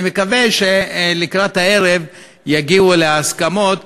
אני מקווה שלקראת הערב יגיעו להסכמות,